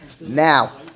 Now